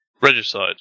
Regicide